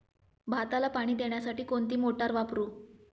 भाताला पाणी देण्यासाठी कोणती मोटार वापरू?